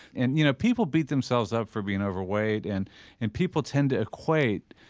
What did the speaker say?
and you know people beat themselves up for being overweight, and and people tend to equate